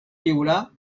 viurà